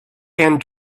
and